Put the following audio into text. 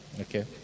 okay